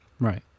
Right